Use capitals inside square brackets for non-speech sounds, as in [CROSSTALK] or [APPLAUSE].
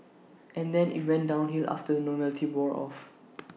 and then IT went downhill after the novelty wore off [NOISE]